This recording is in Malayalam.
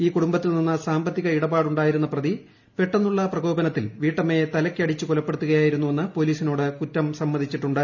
ഈ കുടുംബിത്തിൽ നിന്ന് സാമ്പത്തിക ഇടപാടുണ്ടായിരുന്ന പ്രതി പെട്ടെ്ന്നുള്ള പ്രകോപനത്തിൽ വീട്ടമ്മയെ തലക്കടിച്ച് കൊലപ്പെടുത്തൂക്യായിരുന്നുവെന്ന് പൊലീസിനോട് കുറ്റം സമ്മതിച്ചിട്ടുണ്ട്